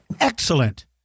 Excellent